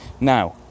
Now